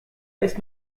ist